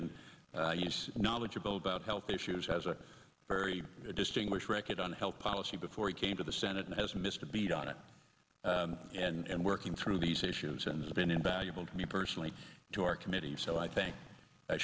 and he's knowledgeable about health issues has a very distinguished record on health policy before he came to the senate and has missed a beat on it and working through these issues and it's been invaluable to me personally to our committee so i think